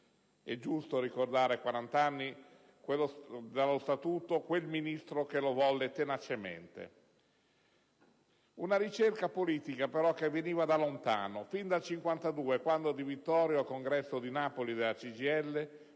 È giusto ricordare, a quarant'anni dallo Statuto, quel Ministro che lo volle tenacemente. Una ricerca politica che veniva da lontano, fin dal 1952, quando Di Vittorio, al congresso di Napoli della CGIL,